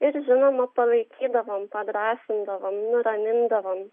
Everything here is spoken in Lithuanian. ir žinoma palaikydavom padrąsindavom nuramindavom